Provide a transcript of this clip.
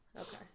Okay